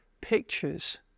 pictures